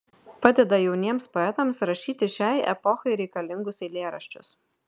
padeda jauniems poetams rašyti šiai epochai reikalingus eilėraščius